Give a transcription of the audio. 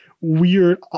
weird